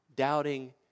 doubting